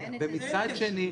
-- ומצד שני,